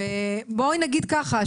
ובואי נגיד ככה,